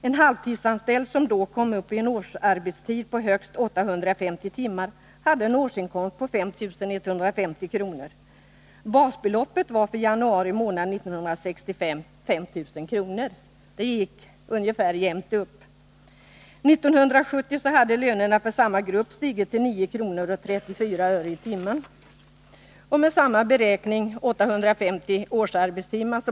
En halvtidsanställd som då kom uppi en årsarbetstid på högst 850 timmar, hade en årsinkomst på 5 150 kr. Basbeloppet var 5 000 kr. för januari månad 1965.